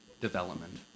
development